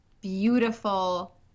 beautiful